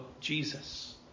Jesus